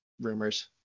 rumors